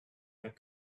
that